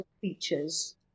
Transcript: features